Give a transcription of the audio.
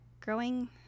growing